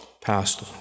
passed